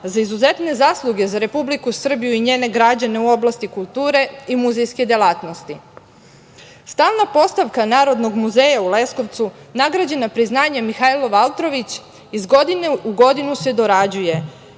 za izuzetno zasluge za Republiku Srbiju i njene građane u oblasti kulture i muzejske delatnosti. Stalna postavka Narodnog muzeja u Leskovcu, nagrađena priznanjem „Mihaila Valtrović“ iz godinu u godinu se dorađuje,